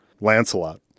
Lancelot